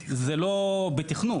בתכנון.